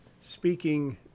speaking